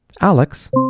Alex